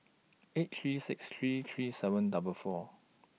eight three six three three seven double four